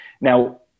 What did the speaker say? now